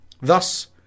Thus